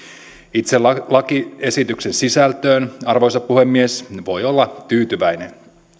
itse lakiesityksen sisältöön arvoisa puhemies voi olla tyytyväinen